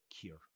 cure